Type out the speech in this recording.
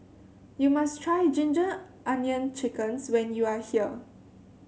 you must try ginger onion chickens when you are here